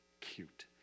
cute